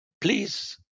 please